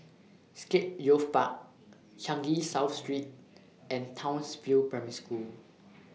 Scape Youth Park Changi South Street and Townsville Primary School